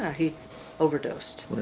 he overdosed.